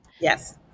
Yes